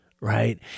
right